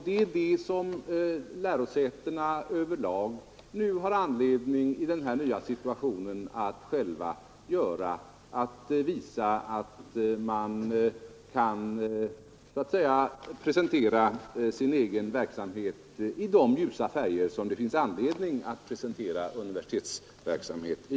Det är så lärosäten över lag nu i den nya situationen har anledning att göra, alltså att visa att de kan presentera sin egen verksamhet i de ljusa färger som det finns anledning att presentera universitetens verksamhet i.